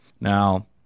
Now